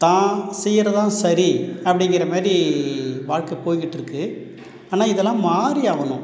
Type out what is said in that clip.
தான் செய்கிறதுதான் சரி அப்படிங்கிற மாரி வாழ்க்கை போயிகிட்டுருக்கு ஆனால் இதெல்லாம் மாறியாகணும்